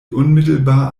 unmittelbar